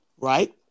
right